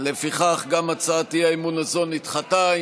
לפיכך גם הצעת האי-אמון הזו נדחתה.